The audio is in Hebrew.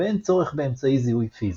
ואין צורך באמצעי זיהוי פיזי.